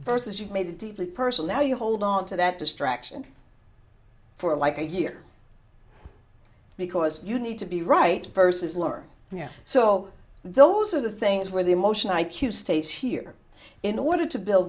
versus you made a deeply personal how you hold on to that distraction for like a year because you need to be right versus lower yeah so those are the things where the emotional i q states here in order to build